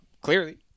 Clearly